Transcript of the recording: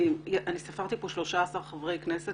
אני חושב שזה דיון חשוב מאוד,